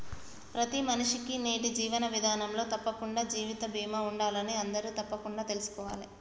ప్రతి మనిషికీ నేటి జీవన విధానంలో తప్పకుండా జీవిత బీమా ఉండాలని అందరూ తప్పకుండా తెల్సుకోవాలే